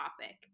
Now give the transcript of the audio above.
topic